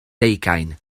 deugain